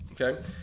Okay